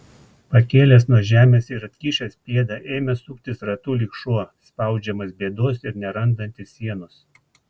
pakėlęs nuo žemės ir atkišęs pėdą ėmė suktis ratu lyg šuo spaudžiamas bėdos ir nerandantis sienos